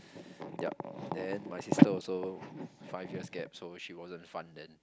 yup then my sister also five years gap so she wasn't fun then